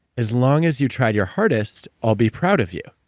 as long as you tried your hardest, i'll be proud of you.